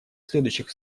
следующих